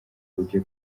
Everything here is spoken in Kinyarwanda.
ujye